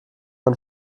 man